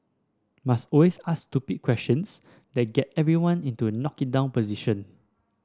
must always ask stupid questions that get everyone into knock it down position